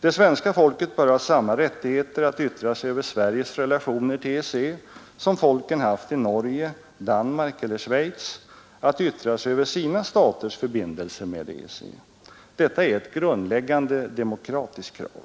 Det svenska folket bör ha samma rättigheter att yttra sig över Sveriges relationer till EEC som folken haft i Norge, Danmark eller Schweiz att yttra sig över sina staters förbindelser med EEC. Detta är ett grundläggande demokratiskt krav.